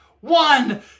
One